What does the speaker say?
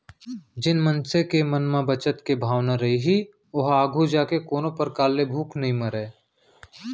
जेन मनसे के म बचत के भावना रइही ओहा आघू जाके कोनो परकार ले भूख नइ मरय